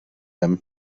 him